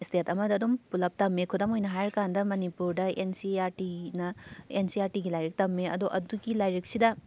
state ꯑꯃꯗ ꯑꯗꯨꯝ ꯄꯨꯂꯞ ꯇꯝꯃꯦ ꯈꯨꯗꯝ ꯑꯣꯏꯅ ꯍꯥꯏꯔ ꯀꯥꯟꯗ ꯃꯅꯤꯄꯨꯔꯗ ꯑꯦꯟ ꯁꯤ ꯑꯥꯔ ꯇꯤꯅ ꯑꯦꯟ ꯁꯤ ꯑꯥꯔ ꯇꯤꯒꯤ ꯂꯥꯏꯔꯤꯛ ꯇꯝꯃꯦ ꯑꯗꯣ ꯑꯗꯨꯒꯤ ꯂꯥꯏꯔꯤꯛꯁꯤꯗ